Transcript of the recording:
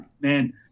man